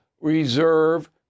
reserve